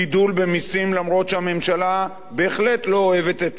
אף שהממשלה בהחלט לא אוהבת את המהלך הזה,